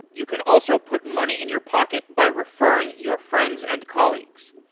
you can also put money in your pocket by referring your friends and colleagues.